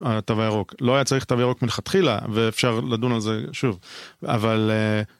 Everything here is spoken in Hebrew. על התו ירוק, לא היה צריך תו ירוק מלכתחילה ואפשר לדון על זה שוב, אבל...